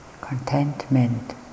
contentment